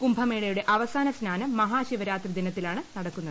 കുഭമേളയുടെ അവസാന സ്നാനം മഹാശിവരാത്രി ദിനത്തിലാണ് നടക്കുന്നത്